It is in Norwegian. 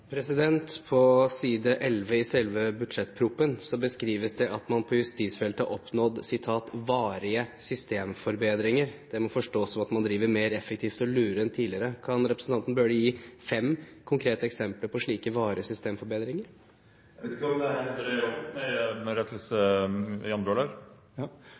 På side 11 i selve budsjettproposisjonen skrives det at man på justisfeltet har oppnådd «varige systemforbedringer». Det må forstås som at man driver mer effektivt og lurere enn tidligere. Kan representanten Bøhler gi fem konkrete eksempler på slike varige systemforbedringer? Jeg vet ikke om jeg kan komme med